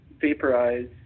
vaporize